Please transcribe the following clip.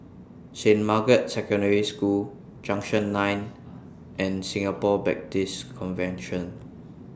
Saint Margaret's Secondary School Junction nine and Singapore Baptist Convention